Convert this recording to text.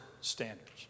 standards